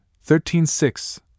thirteen-six